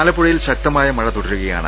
ആലപ്പുഴയിൽ ശക്തമായ മഴ തുടരുകയാണ്